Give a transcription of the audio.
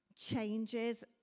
changes